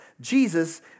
Jesus